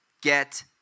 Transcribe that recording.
get